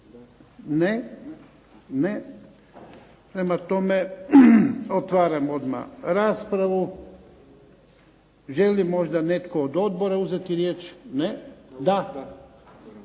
Ne. Prema tome otvaram odmah raspravu. Želi li možda netko od odbora uzeti riječ? Da.